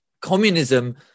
Communism